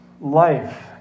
life